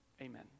Amen